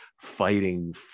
fighting